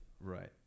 Right